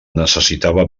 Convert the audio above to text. necessitava